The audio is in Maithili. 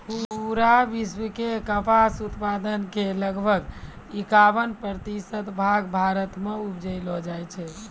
पूरा विश्व के कपास उत्पादन के लगभग इक्यावन प्रतिशत भाग भारत मॅ उपजैलो जाय छै